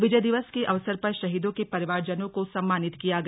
विजय दिवस के अवसर पर शहीदों के परिवार जनों को सम्मानित किया गया